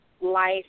life